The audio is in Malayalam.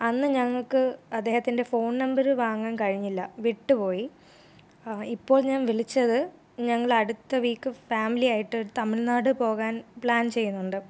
അന്ന് ഞങ്ങൾക്ക് അദ്ദേഹത്തിൻ്റെ ഫോൺ നമ്പർ വാങ്ങാൻ കഴിഞ്ഞില്ല വിട്ടുപോയി ആ ഇപ്പോൾ ഞാൻ വിളിച്ചത് ഞങ്ങളടുത്ത വീക്ക് ഫാമിലിയായിട്ട് തമിഴ്നാട് പോകാൻ പ്ലാൻ ചെയ്യുന്നുണ്ട്